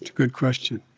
good question.